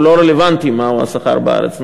הוא לא רלוונטי, השכר בארץ.